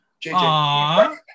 JJ